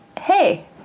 hey